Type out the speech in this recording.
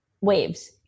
waves